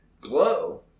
Glow